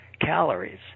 calories